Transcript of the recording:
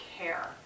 care